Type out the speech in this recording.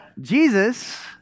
Jesus